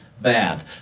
bad